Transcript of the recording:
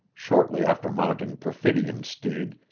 shortly after mounting perfidion's steed,